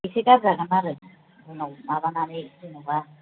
एसे गारजागोन आरो उनाव माबानानै जेन'बा